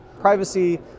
privacy